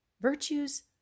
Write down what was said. virtues